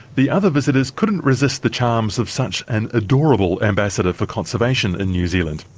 the other visitors couldn't resist the charms of such an adorable ambassador for conservation in new zealand.